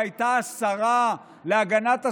שהייתה השרה להגנת הסביבה,